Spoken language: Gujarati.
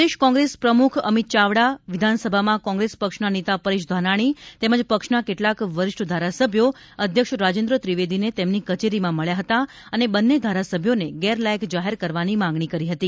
પ્રદેશ કોંત્રેસ પ્રમુખ અમિત ચાવડા વિધાનસભામાં કોંત્રેસ પક્ષના નેતા પરેશ ધાનાણી તેમજ પક્ષના કેટલાક વરિષ્ઠ ધારાસભ્યો અધ્યક્ષ રાજેન્દ્ર ત્રિવેદીને તેમની કચેરીમાં મળ્યા હતા અને બંને ધારાસભ્યોને ગેરલાયક જાહેર કરવાની માગણી કરી હતી